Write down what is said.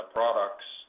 products